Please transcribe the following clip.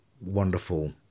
wonderful